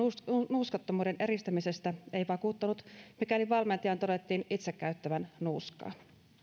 nuuskattomuuden edistämisestä ei vakuuttanut mikäli valmentajan todettiin itse käyttävän nuuskaa